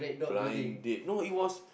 blind date no it was